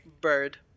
bird